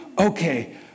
okay